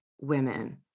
women